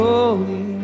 Holy